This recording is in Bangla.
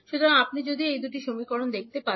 সুতরাং আপনি যদি এই দুটি সমীকরণ দেখতে পান